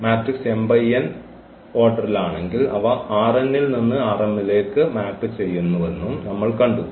matrix m × n ക്രമത്തിലാണെങ്കിൽ അവ ൽ നിന്ന് ലേക്ക് മാപ്പ് ചെയ്യുന്നുവെന്നും നമ്മൾ കണ്ടു